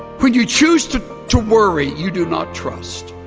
when you choose to to worry you do not trust